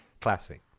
Classic